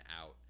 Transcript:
out